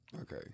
Okay